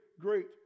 great